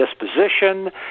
disposition